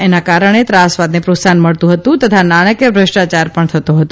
એના કારણે ત્રાસવાદને પ્રોત્સાહન મળતું હતું તથા નાણાંકીય ભ્રષ્ટાયાર પણ થતો હતો